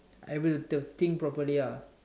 I will the think properly lah